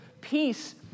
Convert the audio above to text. Peace